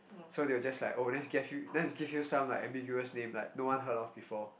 so they were just like oh let's give you~ let's give you some like ambiguous name like no one heard of before